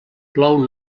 plou